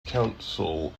council